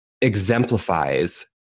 exemplifies